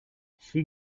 she